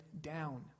down